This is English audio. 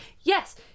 yes